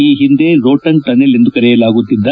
ಈ ಹಿಂದೆ ರೋಟಂಗ್ ಟನೆಲ್ ಎಂದು ಕರೆಯಲಾಗುತ್ತಿದ್ದ